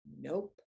Nope